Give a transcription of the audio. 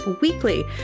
weekly